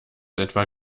etwa